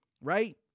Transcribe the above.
right